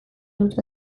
dut